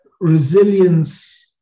resilience